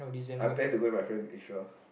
I plan to go with my friend Israel